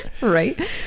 Right